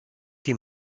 die